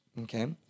Okay